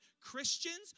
Christians